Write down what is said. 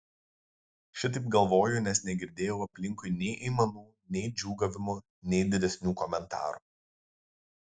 šitaip galvoju nes negirdėjau aplinkui nei aimanų nei džiūgavimų nei didesnių komentarų